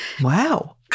Wow